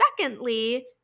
secondly